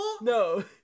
No